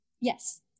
Yes